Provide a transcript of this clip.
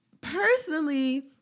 Personally